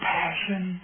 passion